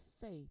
faith